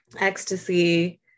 ecstasy